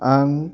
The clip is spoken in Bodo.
आं